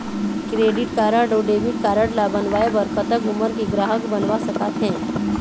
Credit card अऊ debit card ला बनवाए बर कतक उमर के ग्राहक बनवा सका थे?